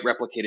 replicated